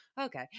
Okay